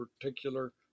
particular